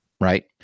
right